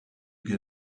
get